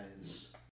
guys